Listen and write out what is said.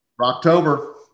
October